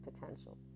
potential